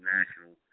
National